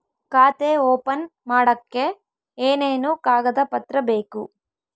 ಖಾತೆ ಓಪನ್ ಮಾಡಕ್ಕೆ ಏನೇನು ಕಾಗದ ಪತ್ರ ಬೇಕು?